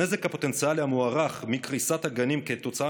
הנזק הפוטנציאלי המוערך מקריסת הגנים כתוצאה